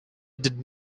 did